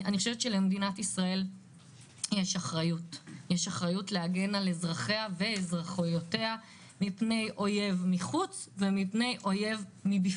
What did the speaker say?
למדינת ישראל יש אחריות להגן על אזרחיה מפני אויבים מחוץ ומפנים.